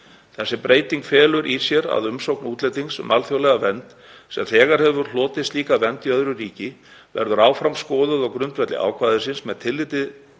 Þessi breyting felur í sér að umsókn útlendings um alþjóðlega vernd, sem þegar hefur hlotið slíka vernd í öðru ríki, verður áfram skoðuð á grundvelli ákvæðisins með því tilliti